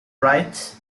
write